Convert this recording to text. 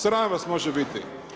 Sram vas može biti.